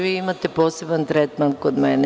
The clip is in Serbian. Vi imate poseban tretman kod mene.